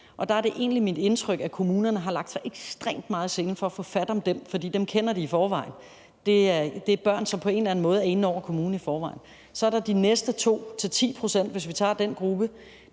og der er det egentlig mit indtryk, at kommunerne har lagt sig ekstremt meget i selen for at få fat om dem, for dem kender de i forvejen. Det er børn, som på en eller anden måde er inde over kommunen i forvejen. Så er der de næste 2-10 pct., hvis vi tager den gruppe,